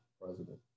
president